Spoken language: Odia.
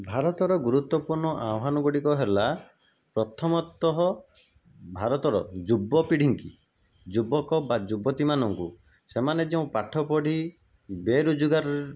ଭାରତର ଗୁରୁତ୍ୱପୂର୍ଣ୍ଣ ଆହ୍ୱାନ ଗୁଡ଼ିକ ହେଲା ପ୍ରଥମତଃ ଭାରତର ଯୁବପିଢ଼ୀ ଙ୍କି ଯୁବକ ବା ଯୁବତୀ ମାନଙ୍କୁ ସେମାନେ ଯେଉଁ ପାଠପଢ଼ି ବେରୋଜଗାର